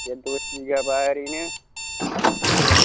बे दस बिगाबा ओरैनो औ